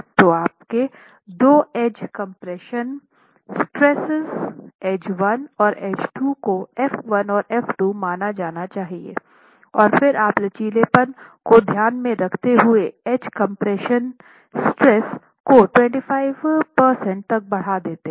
तो आपके दो एज कम्प्रेशन स्ट्रेस एज 1 और एज 2 को f 1 और f 2 माना जाना चाहिए और फिर आप लचीलेपन को ध्यान में रखते हुए एज कंप्रेशन स्ट्रेस को 25 प्रतिशत तक बढ़ा देते हैं